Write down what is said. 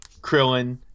Krillin